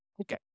Okay